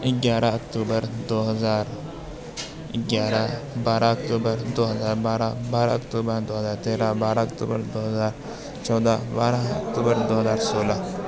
گیارہ اکتوبر دو ہزار گیارہ بارہ اکتوبر دو ہزار بارہ بارہ اکتوبر دو ہزار تیرہ بارہ اکتوبر دو ہزار چودہ بارہ اکتوبر دو ہزار سولہ